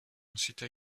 ensuite